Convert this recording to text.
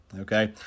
okay